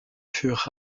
furent